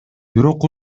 бирок